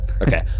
Okay